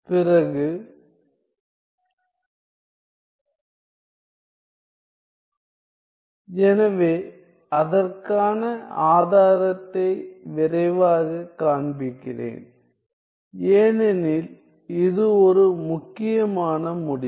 பிறகு எனவே அதற்கான ஆதாரத்தை விரைவாகக் காண்பிக்கிறேன் ஏனெனில் இது ஒரு முக்கியமான முடிவு